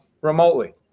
remotely